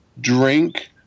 Drink